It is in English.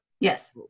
Yes